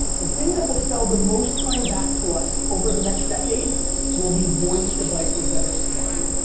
the thing that will sell the most time back to us over the next decade will be voice devices that are smart.